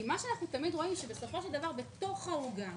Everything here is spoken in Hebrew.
מה שאנחנו תמיד רואים שבסופו של דבר בתוך העוגה,